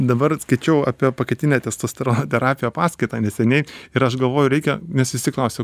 dabar skaičiau apie pakatinę testosterono terapiją paskaitą neseniai ir aš galvoju reikia nes visi klausia